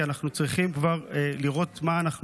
כי אנחנו צריכים כבר לראות מה אנחנו